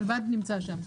הרלב"ד נמצא שם.